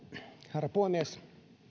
herra puhemies